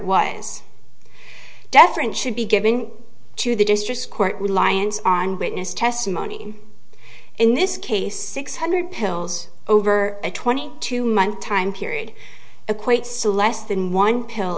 deference should be given to the district court reliance on witness testimony in this case six hundred pills over a twenty two month time period equates to less than one pill